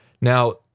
now